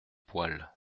poêles